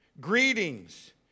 Greetings